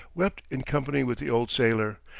wept in company with the old sailor,